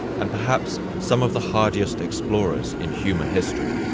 and perhaps some of the hardiest explorers in human history.